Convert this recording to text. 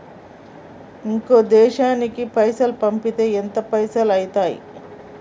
ఇంకో దేశానికి పైసల్ పంపితే ఎంత పైసలు అయితయి?